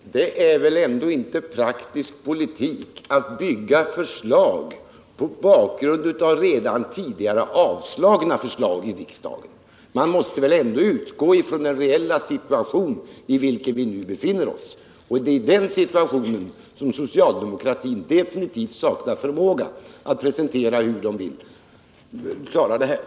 Herr talman! Det är väl ändå inte praktisk politik att bygga vidare på förslag som redan tidigare avslagits i riksdagen. Man måste väl ändå utgå från den reella situation i vilken vi nu befinner oss. Det är i den situationen som socialdemokratin definitivt saknar förmågan att presentera förslag till hur man skall klara detta.